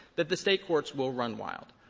that the state courts will run wild.